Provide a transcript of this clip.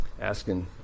asking